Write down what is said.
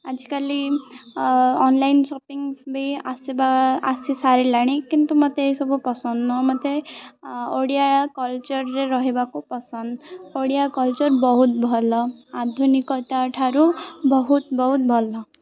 ଆଜିକାଲି online shopping ବି ଆସିବା ଆସି ସାରିଲାଣି କିନ୍ତୁ ମୋତେ ଏସବୁ ପସନ୍ଦ ନୁହଁ ମୋତେ ଓଡ଼ିଆ କଲଚରରେ ରହିବାକୁ ପସନ୍ଦ ଓଡ଼ିଆ କଲଚର ବହୁତ ଭଲ ଆଧୁନିକତା ଠାରୁ ବହୁତ ବହୁତ ଭଲ